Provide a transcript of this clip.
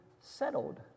settled